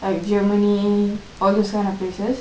like germany all these kind of places